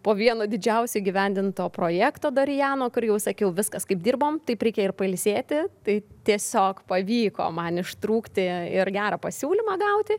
po vieno didžiausio įgyvendinto projekto darijano kur jau sakiau viskas kaip dirbom taip reikia ir pailsėti tai tiesiog pavyko man ištrūkti ir gerą pasiūlymą gauti